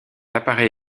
apparaît